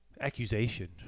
accusation